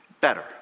better